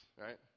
Right